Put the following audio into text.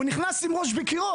הוא נכנס עם ראש בקירות.